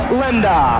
linda